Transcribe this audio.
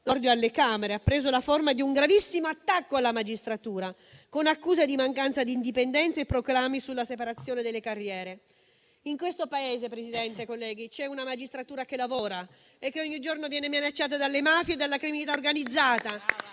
Nordio alle Camere ha preso la forma di un gravissimo attacco alla magistratura, con accuse di mancanza di indipendenza e proclami sulla separazione delle carriere. In questo Paese, signor Presidente e colleghi, c'è una magistratura che lavora e che ogni giorno viene minacciata dalle mafie e dalla criminalità organizzata